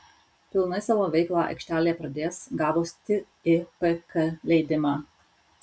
pilnai savo veiklą aikštelė pradės gavus tipk leidimą